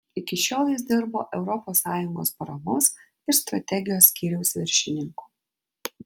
iki šiol jis dirbo europos sąjungos paramos ir strategijos skyriaus viršininku